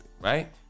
right